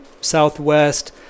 southwest